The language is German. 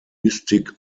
mystik